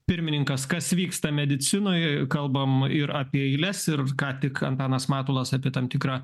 pirmininkas kas vyksta medicinoj kalbam ir apie eiles ir ką tik antanas matulas apie tam tikrą